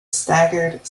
staggered